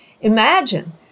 Imagine